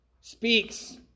speaks